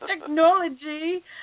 Technology